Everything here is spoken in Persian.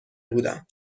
بودم